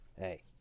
Hey